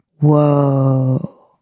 Whoa